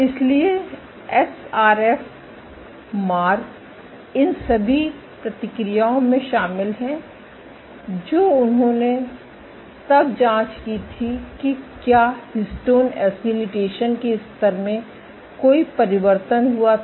इसलिए एसआरएफ मार्ग इन सभी प्रक्रियाओं में शामिल है जो उन्होंने तब जाँच की थी कि क्या हिस्टोन एसिटिलेशन के स्तर में कोई परिवर्तन हुआ था